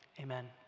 amen